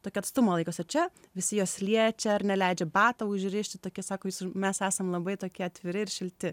tokio atstumo laikos o čia visi juos liečia iar ne leidžia batą užrišti tokius sako jis mes esam labai tokie atviri ir šilti